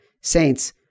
Saints